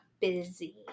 busy